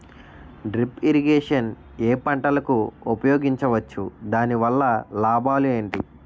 Drip irrigation ఏ పంటలకు ఉపయోగించవచ్చు? దాని వల్ల లాభాలు ఏంటి?